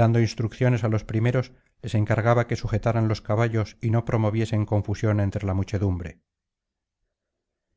dando instrucciones á los primeros les encargaba que sujetaran los caballos y no promoviesen confusión entre la muchedumbre